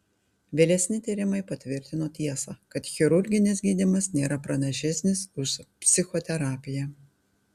vėlesni tyrimai patvirtino tiesą kad chirurginis gydymas nėra pranašesnis už psichoterapiją